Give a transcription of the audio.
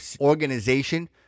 organization